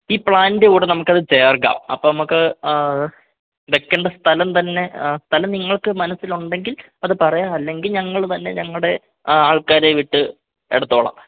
ഈ പ്ലാനിൻ്റെ കൂടെ നമുക്കത് ചേർക്കാം അപ്പോൾ നമുക്കത് വെക്കേണ്ട സ്ഥലം തന്നെ ആ സ്ഥലം നിങ്ങൾക്ക് മനസ്സിലുണ്ടെങ്കിൽ അതു പറയാം അല്ലെങ്കിൽ ഞങ്ങൾ തന്നെ ഞങ്ങളുടെ ആ ആൾക്കാരെ വിട്ട് എടുത്തോളാം